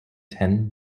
ten